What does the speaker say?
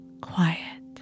quiet